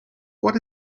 what